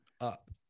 up